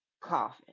coffin